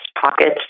pockets